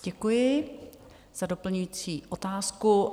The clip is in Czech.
Děkuji za doplňující otázku.